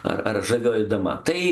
ar ar žavioji dama tai